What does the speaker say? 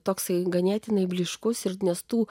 toksai ganėtinai blyškus ir nes tų